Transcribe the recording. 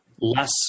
less